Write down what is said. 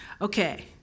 Okay